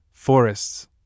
forests